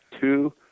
two